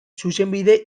zuzenbide